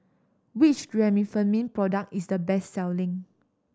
which Remifemin product is the best selling